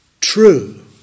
true